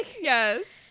yes